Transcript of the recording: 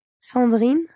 Sandrine